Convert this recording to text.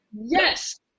Yes